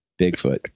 Bigfoot